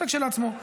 זה כשלעצמו.